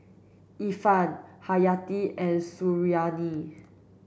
Irfan Haryati and Suriani